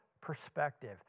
perspective